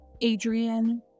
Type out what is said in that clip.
Adrian